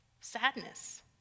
sadness